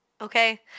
Okay